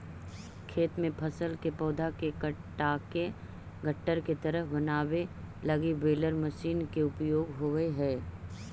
खेत में फसल के पौधा के काटके गट्ठर के तरह बनावे लगी बेलर मशीन के उपयोग होवऽ हई